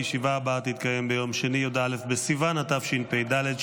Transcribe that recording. הישיבה הבאה תתקיים ביום שני י"א בסיוון התשפ"ד,